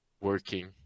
working